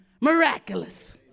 miraculous